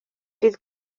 fydd